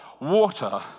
Water